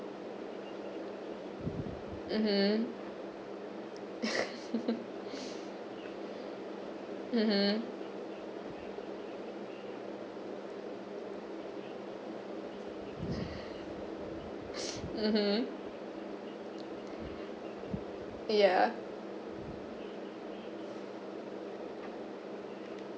mmhmm mmhmm mmhmm yeah